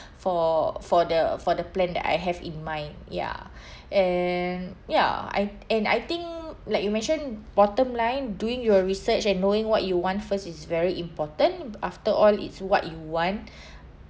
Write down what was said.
for for the for the plan that I have in mind ya and ya I and I think like you mentioned bottom line doing your research and knowing what you want first is very important after all it's what you want